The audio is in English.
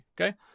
okay